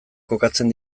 kokatzen